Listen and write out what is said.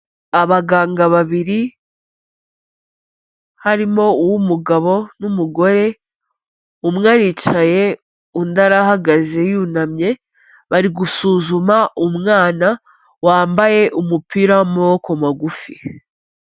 Abaganga babiri, harimo uw'umugabo n'umugore, umwe aricaye undi arahagaze yunamye, bari gusuzuma umwana wambaye umupira w'amaboko magufi.